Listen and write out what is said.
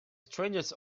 strangest